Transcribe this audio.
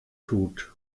tut